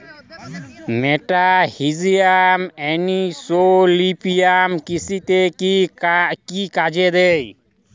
মেটাহিজিয়াম anisopliae কৃষিতে কি কাজে দেয়?